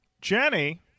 jenny